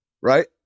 right